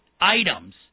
items